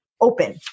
open